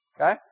Okay